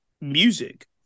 music